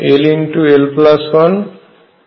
u